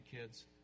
kids